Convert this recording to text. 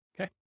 okay